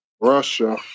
Russia